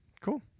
cool